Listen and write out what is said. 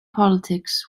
politics